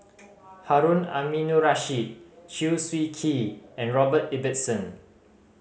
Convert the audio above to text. Harun Aminurrashid Chew Swee Kee and Robert Ibbetson